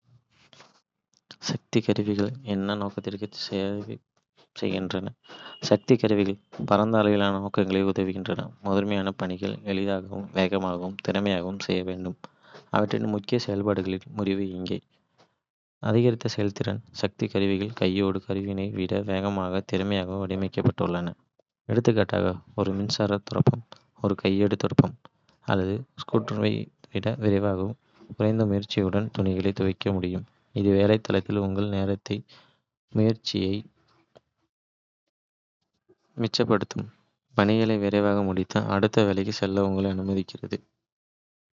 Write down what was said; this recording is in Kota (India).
சக்தி கருவிகள் என்ன நோக்கத்திற்கு சேவை செய்கின்றன. சக்தி கருவிகள் பரந்த அளவிலான நோக்கங்களுக்கு உதவுகின்றன, முதன்மையாக பணிகளை எளிதாகவும், வேகமாகவும், திறமையாகவும் செய்ய வேண்டும். அவற்றின் முக்கிய செயல்பாடுகளின் முறிவு இங்கே. அதிகரித்த செயல்திறன், சக்தி கருவிகள் கையேடு கருவிகளை விட வேகமாகவும் திறமையாகவும் வடிவமைக்கப்பட்டுள்ளன. எடுத்துக்காட்டாக, ஒரு மின்சார துரப்பணம் ஒரு கையேடு துரப்பணம் அல்லது ஸ்க்ரூடிரைவரை விட விரைவாகவும் குறைந்த முயற்சியுடனும் துளைகளை துளைக்க முடியும். இது வேலை தளத்தில் உங்கள் நேரத்தையும் முயற்சியையும் மிச்சப்படுத்தும், பணிகளை விரைவாக முடித்து அடுத்த வேலைக்குச் செல்ல உங்களை அனுமதிக்கிறது.